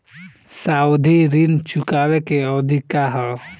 सावधि ऋण चुकावे के अवधि का ह?